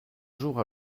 jour